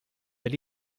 elle